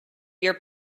your